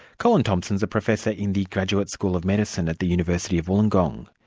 colin thomson's a professor in the graduate school of medicine at the university of wollongong.